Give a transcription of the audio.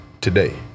today